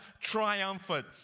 triumphant